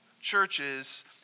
churches